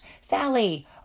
Sally